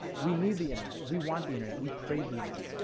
we need the internet. we want the internet. we crave the internet.